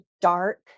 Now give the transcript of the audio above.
dark